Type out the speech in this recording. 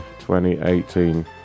2018